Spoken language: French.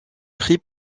prit